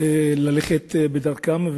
ללכת בדרכם,